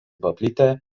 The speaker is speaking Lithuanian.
paplitę